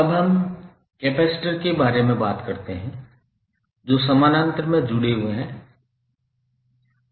अब हम कैपेसिटर के बारे में बात करते हैं जो समानांतर में जुड़े हुए हैं